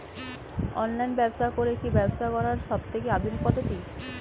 Online ব্যবসা করে কি ব্যবসা করার সবথেকে আধুনিক পদ্ধতি?